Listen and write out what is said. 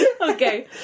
Okay